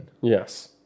yes